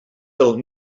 del